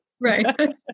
Right